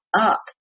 up